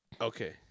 Okay